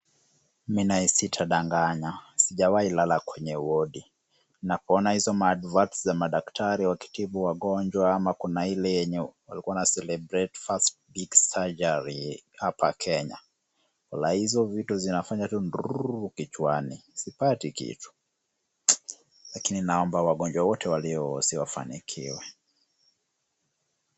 Mimi naye sitandanganya, sijawahi lala kwenye wodi na kuona hizo maadverts za madaktari wakitibu wagonjwa kama kuna ile walikuwa wanacelebrate first big surgery hapa Kenya. Walai hizo vitu zinafanya drrrr kichwani, sipati kitu. Lakini naomba wagonjwa wote walio hosi wafanikiwe.